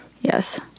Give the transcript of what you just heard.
Yes